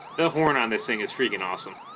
the horn on this thing is freaking awesome